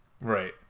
Right